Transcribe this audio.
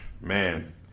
man